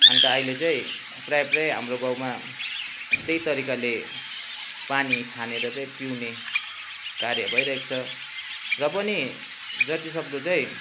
अन्त अहिले चाहिँ प्रायः प्रायः हाम्रो गाउँमा त्यही तरिकाले पानी छानेर चाहिँ पिउने कार्य भइरहेको छ र पनि जतिसक्दो चाहिँ